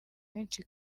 benshi